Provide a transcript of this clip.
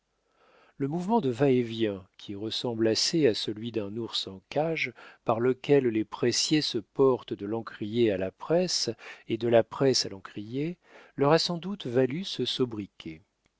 le mouvement de va-et-vient qui ressemble assez à celui d'un ours en cage par lequel les pressiers se portent de l'encrier à la presse et de la presse à l'encrier leur a sans doute valu ce